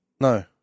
No